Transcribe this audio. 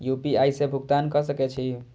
UPI से भुगतान क सके छी?